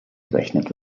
gerechnet